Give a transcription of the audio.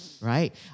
right